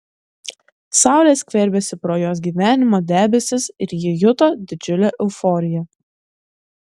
saulė skverbėsi pro jos gyvenimo debesis ir ji juto didžiulę euforiją